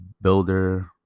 builder